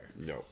no